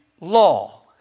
law